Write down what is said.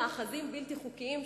אותם מאחזים בלתי חוקיים,